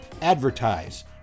advertise